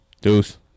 Deuce